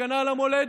הגנה על המולדת,